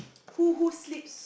who who sleeps